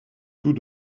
tous